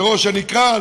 לראש הנקרה,